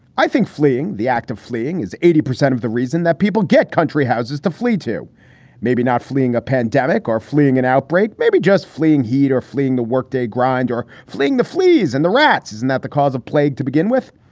i think fleeing the act of fleeing is eighty percent of the reason that people get country houses to flee to maybe not fleeing a pandemic or fleeing an outbreak. maybe just fleeing heat or fleeing the workday grind or fleeing the fleas and the rats. isn't that the cause of plague to begin with?